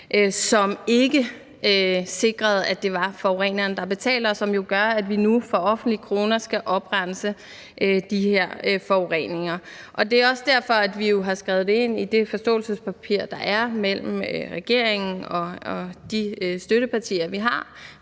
som ikke sikrede, at det var forureneren, der betalte, og som jo gør, at vi nu for offentlige kroner skal oprense de her forureninger. Det er også derfor, vi jo har skrevet det ind i det forståelsespapir, der er mellem regeringen og de støttepartier, vi har,